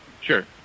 Sure